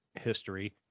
history